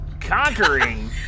conquering